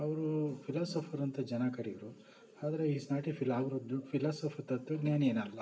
ಅವರು ಫಿಲೋಸಫರ್ ಅಂತ ಜನ ಕರ್ಯೋರು ಆದರೆ ಹಿ ಈಸ್ ನಾಟ್ ಎ ಫಿಲಾ ಅವರು ದು ಫಿಲೋಸಫ ತತ್ವಜ್ಞಾನಿ ಏನಲ್ಲ